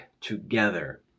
together